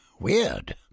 Weird